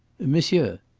monsieur!